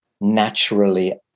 naturally